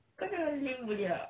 kau jangan bising boleh tak